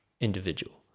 individual